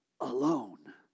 alone